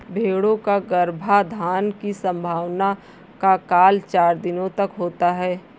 भेंड़ों का गर्भाधान की संभावना का काल चार दिनों का होता है